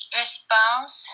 response